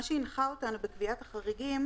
מה שהנחה אותנו בקביעת החריגים